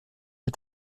est